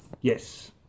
Yes